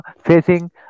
facing